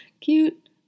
cute